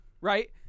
right